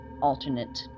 alternate